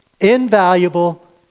invaluable